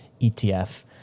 ETF